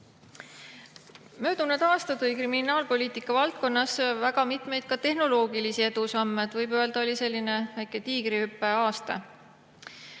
Möödunud aastal tehti kriminaalpoliitika valdkonnas väga mitmeid tehnoloogilisi edusamme. Võib öelda, et oli selline väike Tiigrihüppe aasta.